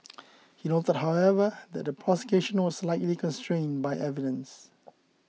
he noted however that the prosecution was likely constrained by evidence